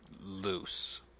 Loose